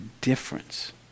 difference